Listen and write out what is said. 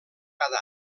cada